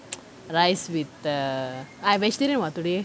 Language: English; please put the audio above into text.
rice with the I vegetarian [what] today